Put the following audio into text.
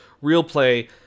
real-play